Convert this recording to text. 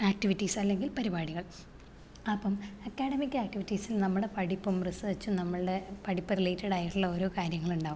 activities അല്ലെങ്കിൽ പരിപാടികൾ അപ്പം അക്കാഡമിക് ആക്ടിവിറ്റീസിൽ നമ്മുടെ പഠിപ്പും റിസേർച്ചും നമ്മളുടെ പഠിപ്പ് റിലേറ്റഡായിട്ടുള്ള ഓരോ കാര്യങ്ങളുണ്ടാവും